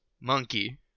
Monkey